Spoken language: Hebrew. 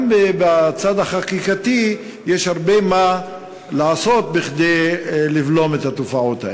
גם בצד החקיקתי יש הרבה מה לעשות כדי לבלום את התופעות האלה.